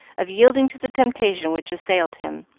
of yielding to the temptation which assailed him.